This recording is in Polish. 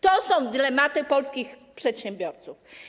To są dylematy polskich przedsiębiorców.